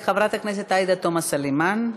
חברת הכנסת עאידה תומא סלימאן.